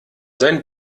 sein